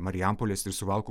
marijampolės ir suvalkų